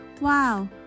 wow